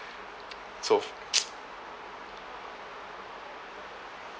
so